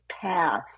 path